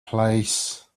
place